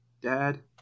dad